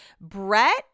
brett